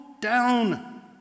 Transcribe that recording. down